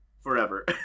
forever